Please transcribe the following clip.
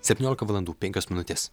septyniolika valandų penkios minutės